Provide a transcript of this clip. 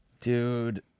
Dude